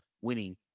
winning